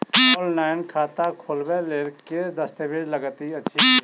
Online खाता खोलबय लेल केँ दस्तावेज लागति अछि?